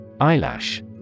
Eyelash